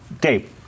Dave